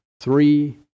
Three